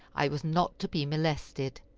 i was not to be molested.